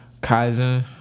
kaizen